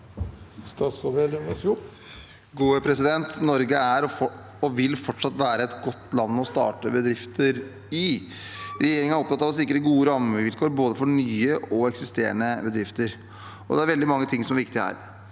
Nor- ge er, og vil fortsatt være, et godt land å starte bedrifter i. Regjeringen er opptatt av å sikre gode rammevilkår for både nye og eksisterende bedrifter. Det er veldig mye som er viktig her,